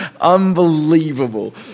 Unbelievable